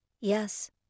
Yes